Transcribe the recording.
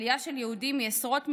עלייה של יהודים מעשרות מדינות,